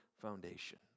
foundation